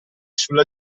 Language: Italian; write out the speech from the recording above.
sulla